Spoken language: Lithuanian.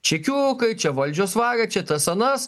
čekiukai čia valdžios vagia čia tas anas